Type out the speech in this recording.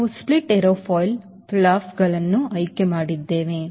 ನಾವು split aerofoil ಫ್ಲಾಪ್ಗಳನ್ನು ಆಯ್ಕೆ ಮಾಡಿದ್ದೇವೆ